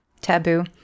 taboo